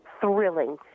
thrilling